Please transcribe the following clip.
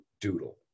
doodle